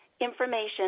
information